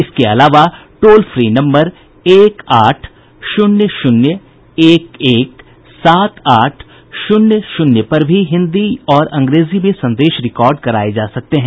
इसके अलावा toll free number एक आठ शून्य शून्य एक एक सात आठ शून्य शून्य पर भी हिन्दी और अंग्रेजी में संदेश रिकॉर्ड कराये जा सकते हैं